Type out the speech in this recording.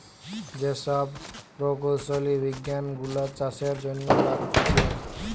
যে সব প্রকৌশলী বিজ্ঞান গুলা চাষের জন্য লাগতিছে